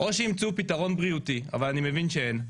או שימצאו פתרון בריאותי אבל אני מבין שאין,